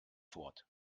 fort